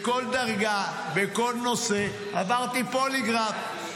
בכל דרגה, בכל נושא, עברתי פוליגרף.